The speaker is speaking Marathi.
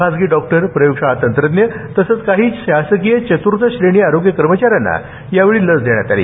खाजगी डॉक्टर प्रयोगशाळा तंत्रज्ञ तसंच काही शासकीय चत्र्थ श्रेणी आरोग्य कर्मचाऱ्यांना यावेळी लस देण्यात आली